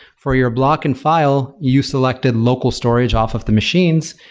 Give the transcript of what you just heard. for your block and file, you selected local storage off of the machines,